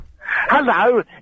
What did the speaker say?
Hello